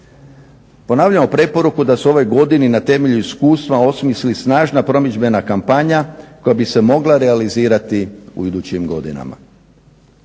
Ponavljamo preporuku da se u ovoj godini na temelju iskustva osmisli snažna promidžbena kampanja koja bi se mogla realizirati u idućim godinama.